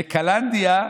וקלנדא,